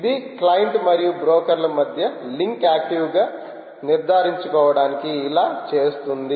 ఇది క్లయింట్ మరియు బ్రోకర్ల మధ్య లింక్ యాక్టివ్ గా నిర్ధారించుకోవడానికి ఇలా చేస్తుంది